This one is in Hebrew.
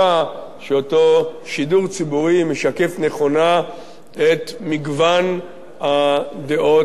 שאותו שידור ציבורי משקף נכונה את מגוון הדעות בציבור.